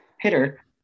hitter